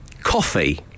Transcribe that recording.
Coffee